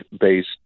based